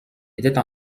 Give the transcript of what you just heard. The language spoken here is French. étaient